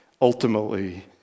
ultimately